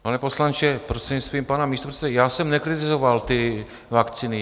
Pane poslanče, prostřednictvím pana místopředsedy, já jsem nekritizoval ty vakcíny.